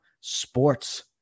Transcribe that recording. sports